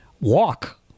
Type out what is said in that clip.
Walk